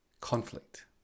conflict